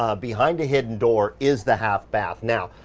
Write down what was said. ah behind a hidden door is the half bath. now,